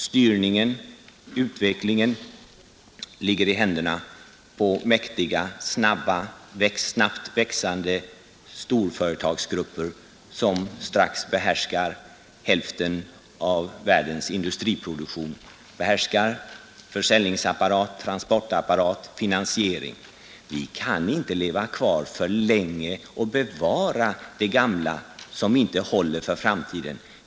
Styrningen och utvecklingen ligger i händerna på mäktiga, snabbt växande storföretagsgrupper som snart behärskar hälften av världens industriproduktion, behärskar försäljningsapparat, transportapparat och finansiering. Vi kan inte leva kvar i och alltför länge bevara det gamla som inte håller i framtiden.